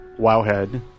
WoWhead